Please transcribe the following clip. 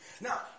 Now